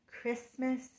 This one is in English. Christmas